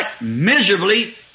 miserably